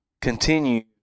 continue